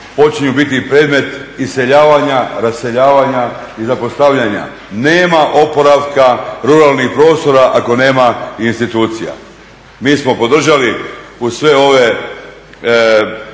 počnu biti predmet iseljavanja, raseljavanja i zapostavljanja. Nema oporavka ruralnih prostora ako nema institucija. Mi smo podržali uz sve ove